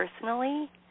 personally